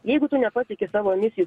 jeigu tu nepasieki savo misijų